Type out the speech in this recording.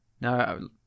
No